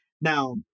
Now